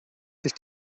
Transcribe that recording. sich